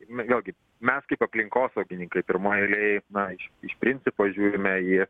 m vėl gi mes kaip aplinkosaugininkai pirmoj eilėj na iš iš principo žiūrime į